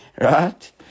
Right